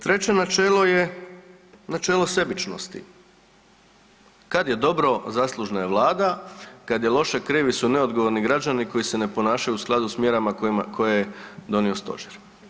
Treće načelo je načelo sebičnosti, kad je dobro zaslužna je Vlada, kad je loše krivi su neodgovorni građani koji se ne ponašaju u skladu s mjerama koje je donio stožer.